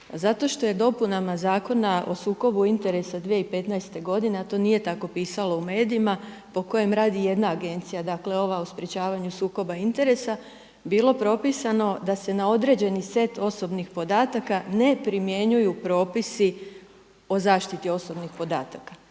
Zato što je dopunama Zakona o sukobu interesa 2015. godine, a to nije tako pisalo u medijima po kojem radi jedna agencija dakle ova o sprečavanju sukoba interesa, bilo propisano da se na određeni set osobnih podataka ne primjenjuju propisi o zaštiti osobnih podataka.